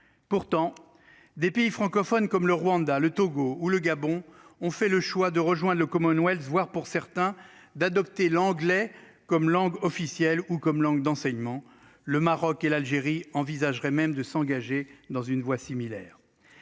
pourtant des pays francophones comme le Rwanda le Togo ou le Gabon. On fait le choix de rejoint le Commonwealth, voire pour certains d'adopter l'anglais comme langue officielle ou comme langue d'enseignement, le Maroc et l'Algérie envisageraient même de s'engager dans une voie similaire.